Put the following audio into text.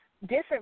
different